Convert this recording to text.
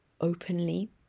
openly